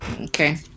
Okay